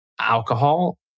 alcohol